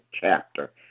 chapter